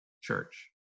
church